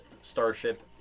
Starship